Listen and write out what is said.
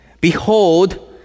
Behold